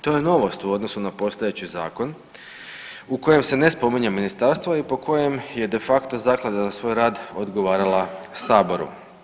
To je novost u odnosu na postojeći zakon u kojem se ne spominje ministarstvo i po kojem je de facto zaklada za svoj rad odgovarala saboru.